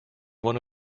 one